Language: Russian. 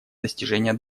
достижения